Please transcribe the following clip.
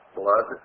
blood